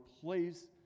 place